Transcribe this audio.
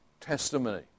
testimony